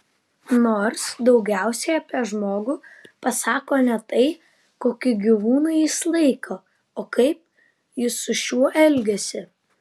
nors daugiausiai apie žmogų pasako ne tai kokį gyvūną jis laiko o kaip jis su šiuo elgiasi